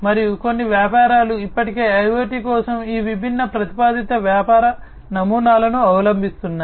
మరియు కొన్ని వ్యాపారాలు ఇప్పటికే IoT కోసం ఈ విభిన్న ప్రతిపాదిత వ్యాపార నమూనాలను అవలంబిస్తున్నాయి